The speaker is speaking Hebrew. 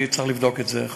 אני צריך לבדוק את זה,